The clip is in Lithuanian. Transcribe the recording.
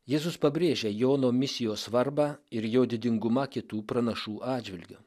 jėzus pabrėžia jono misijos svarbą ir jo didingumą kitų pranašų atžvilgiu